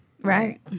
Right